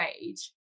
age